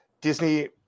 Disney